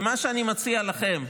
מה שאני מציע לכם,